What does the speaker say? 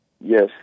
Yes